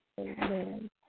Amen